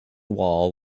wall